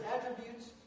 attributes